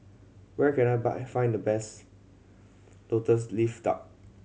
where can I buy find the best Lotus Leaf Duck